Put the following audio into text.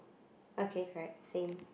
okay correct same